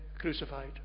crucified